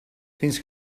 fins